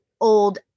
old